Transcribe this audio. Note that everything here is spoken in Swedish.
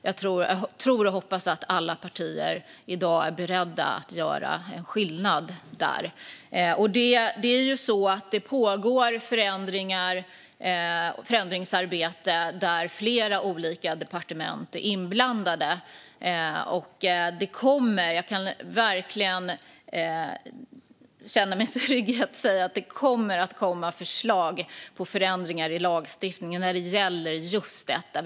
Jag tror och hoppas att alla partier i dag är beredda att göra skillnad där. Det pågår ett förändringsarbete där flera olika departement är inblandade, och jag känner mig verkligen trygg med att säga att det kommer att komma förslag på förändringar av lagstiftningen när det gäller just detta.